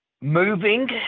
Moving